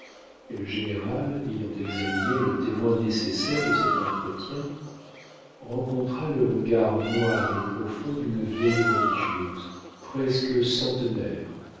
et le général ayant examiné le témoin nécessaire de cet entretien rencontra le regard noir et profond d'une vieille religieuse presque centenaire